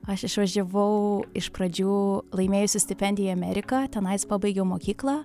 aš išvažiavau iš pradžių laimėjusi stipendiją į ameriką tenais pabaigiau mokyklą